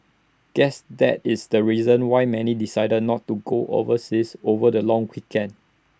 guess that is the reason why many decided not to go overseas over the long weekend